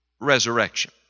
resurrection